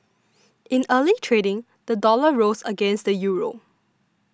in early trading the dollar rose against the Euro